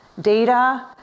Data